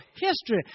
history